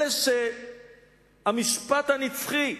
אלה שהמשפט הנצחי,